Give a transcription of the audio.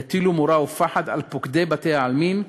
יטילו מורא ופחד על פוקדי בתי-העלמין,